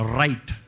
right